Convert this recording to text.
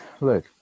look